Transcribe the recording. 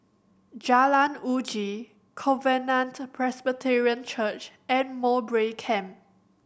Jalan Uji Covenant Presbyterian Church and Mowbray Camp